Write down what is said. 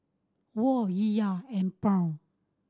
Won Riyal and Pound